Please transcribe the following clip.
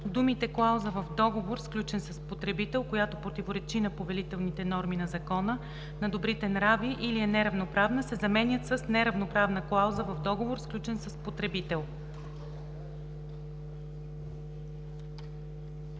думите „клауза в договор, сключен с потребител, която противоречи на повелителните норми на закона, на добрите нрави или е неравноправна“ се заменят с „неравноправна клауза в договор, сключен с потребител“.“